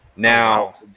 Now